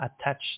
attached